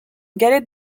galette